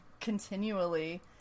continually